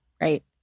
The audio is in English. right